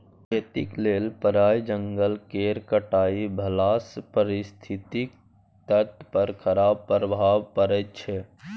खेतीक लेल प्राय जंगल केर कटाई भेलासँ पारिस्थितिकी तंत्र पर खराप प्रभाव पड़ैत छै